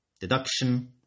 deduction